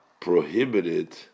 prohibited